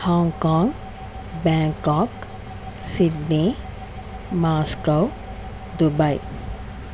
Hong Kong Bangkok Sydney Moscow Dubai